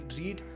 read